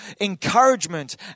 encouragement